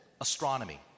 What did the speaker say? astronomy